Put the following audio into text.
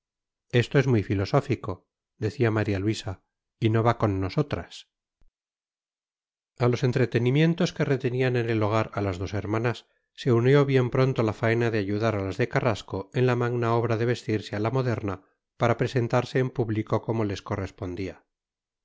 esto es muy filosófico decía maría luisa y no va con nosotras a los entretenimientos que retenían en el hogar a las dos hermanas se unió bien pronto la faena de ayudar a las de carrasco en la magna obra de vestirse a la moderna para presentarse en público como les correspondía